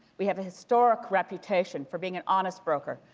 we have a historic reputation for being an honest broker.